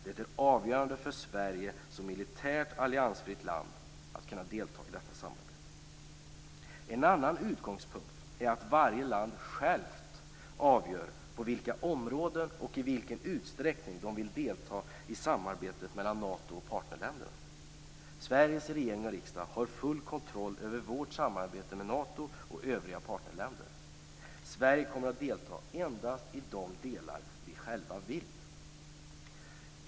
Det är avgörande för Sverige som militärt alliansfritt land att kunna delta i detta samarbete. En annan utgångspunkt är att varje land självt avgör på vilka områden och i vilken utsträckning man vill delta i samarbetet mellan Nato och partnerländer. Sveriges regering och riksdag har full kontroll över vårt samarbete med Nato och övriga partnerländer. Sverige kommer att delta endast i de delar vi själva vill.